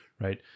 right